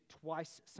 twice